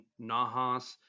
Nahas